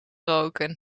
roken